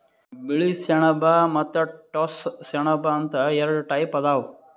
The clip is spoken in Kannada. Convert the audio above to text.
ಬಿಳಿ ಸೆಣಬ ಮತ್ತ್ ಟೋಸ್ಸ ಸೆಣಬ ಅಂತ್ ಎರಡ ಟೈಪ್ ಅದಾವ್